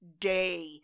day